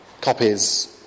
copies